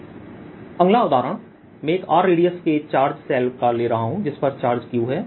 V0d energy डेंसिटी120V0d2टोटल एनर्जीAd120V02d2 अगला उदाहरण मैं एक R रेडियसके चार्ज शेल का ले रहा हूं जिस पर चार्ज Q है